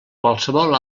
qualsevol